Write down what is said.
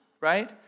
right